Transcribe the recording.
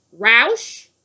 Roush